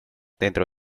dentro